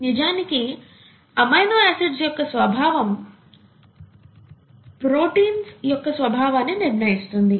నిజానికి amino acids యొక్క స్వభావం ప్రోటీన్స్ యొక్క స్వభావాన్ని నిర్ణయిస్తుంది